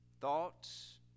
thoughts